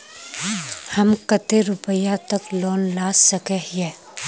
हम कते रुपया तक लोन ला सके हिये?